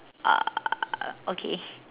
ah okay